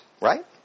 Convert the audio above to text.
right